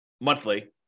monthly